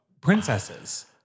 princesses